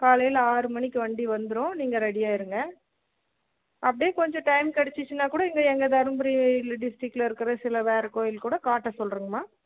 காலையில் ஆறு மணிக்கு வண்டி வந்துடும் நீங்கள் ரெடியாக இருங்க அப்படியே கொஞ்சம் டைம் கெடச்சிச்சினாக்கூட இங்கே எங்கள் தர்மபுரி டிஸ்ட்ரிக்கில் இருக்கிற சில வேறு கோவில் கூட காட்ட சொல்றேங்கம்மா